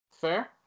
Fair